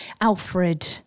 Alfred